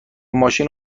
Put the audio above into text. ماشین